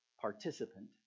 participant